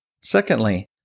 Secondly